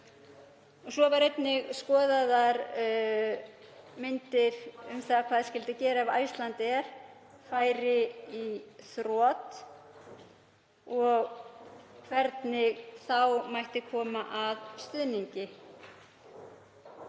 Svo voru einnig skoðaðar myndir um það hvað skyldi gera ef Icelandair færi í þrot og hvernig þá mætti koma að stuðningi.